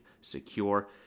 secure